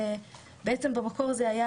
בעצם במקור זה היה,